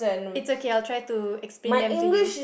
it's okay I'll try to explain them to you